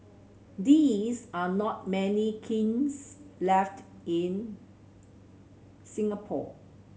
these are not many kilns left in Singapore